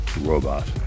Robot